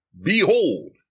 Behold